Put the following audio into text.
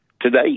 Today